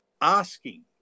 asking